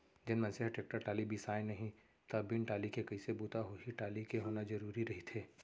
जेन मनसे ह टेक्टर टाली बिसाय नहि त बिन टाली के कइसे बूता होही टाली के होना जरुरी रहिथे